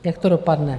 Jak to dopadne?